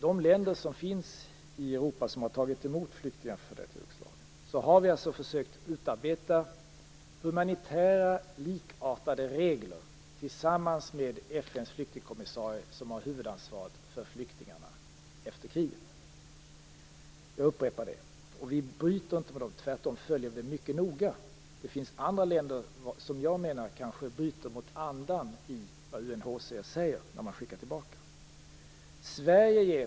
De länder i Europa som tagit emot flyktingar från före detta Jugoslavien har försökt utarbeta humanitära likartade regler tillsammans med FN:s flyktingkommissarie, som har huvudansvaret för flyktingarna efter kriget. Jag upprepar detta. För det första bryter inte vi i Sverige mot dessa regler - tvärtom följer vi dem mycket noga. Det finns andra länder som jag menar kanske bryter mot andan i vad UNHCR säger när de skickar tillbaka flyktingar.